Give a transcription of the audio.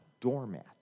doormat